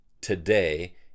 today